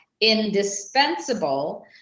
indispensable